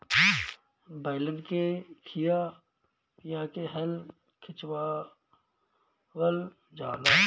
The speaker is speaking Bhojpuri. बैलन के खिया पिया के हल खिचवावल जाला